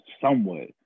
somewhat